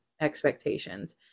expectations